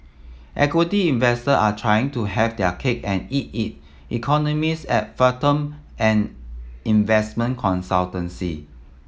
equity investor are trying to have their cake and eat it economists at Fathom an investment consultancy